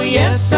yes